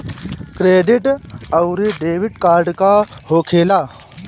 Credit आउरी debit card का होखेला?